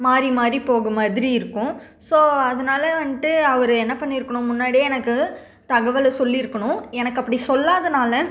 மாறி மாறி போகும் மாதிரி இருக்கும் ஸோ அதனால வந்துட்டு அவர் என்ன பண்ணி இருக்கணும் முன்னாடியே எனக்கு தகவலை சொல்லி இருக்கணும் எனக்கு அப்படி சொல்லாதனால்